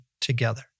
together